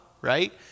right